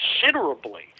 considerably